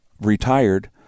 retired